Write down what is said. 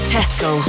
Tesco